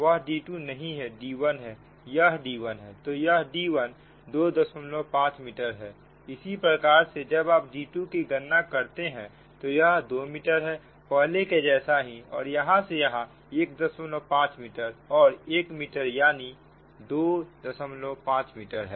वह d2 नहीं है d1 है यह d1 है तो यह d1 25 मीटर है इसी प्रकार से जब आप d2 की गणना करते हैं तो यह 2 मीटर है पहले के जैसा ही और यहां से यहां 15 मीटर और 1 मीटर यानी 25 मीटर है